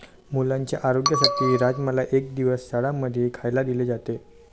मुलांच्या आरोग्यासाठी राजमाला एक दिवस शाळां मध्येही खायला दिले जाते